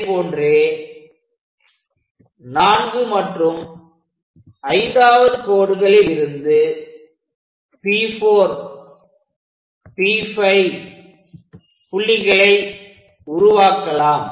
அதைப்போன்றே நான்கு மற்றும் ஐந்தாவது கோடுகளிலிருந்து P4P5 புள்ளிகளை உருவாக்கலாம்